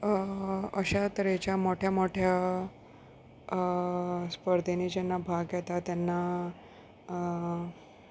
अश्या तरेच्या मोठ्या मोठ्या स्पर्धेनी जेन्ना भाग येता तेन्ना